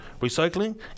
Recycling